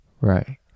Right